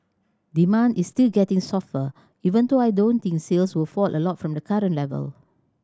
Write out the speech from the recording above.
demand is still getting softer even though I don't think sales will fall a lot from the current level